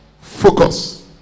focus